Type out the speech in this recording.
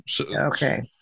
okay